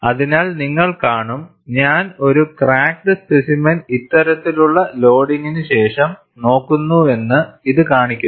അതിനാൽ നിങ്ങൾ കാണും ഞാൻ ഒരു ക്രാക്കിഡ് സ്പെസിമെൻ ഇത്തരത്തിലുള്ള ലോഡിംഗിന് ശേഷം നോക്കുന്നുവെന്ന് ഇത് കാണിക്കുന്നു